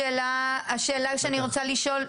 השאלה שאני רוצה לשאול,